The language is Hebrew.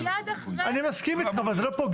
אני מסכים איתך, אבל זה לא פוגע.